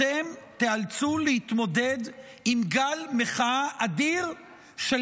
אתם תיאלצו להתמודד עם גל מחאה אדיר של